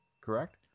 Correct